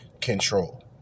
control